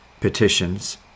petitions